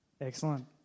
Excellent